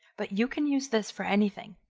but you can use this for anything.